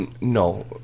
No